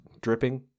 dripping